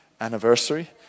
anniversary